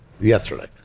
Yesterday